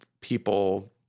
people